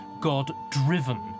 God-driven